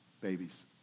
babies